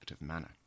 manner